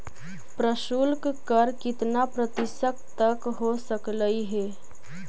प्रशुल्क कर कितना प्रतिशत तक हो सकलई हे?